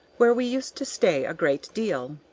where we used to stay a great deal.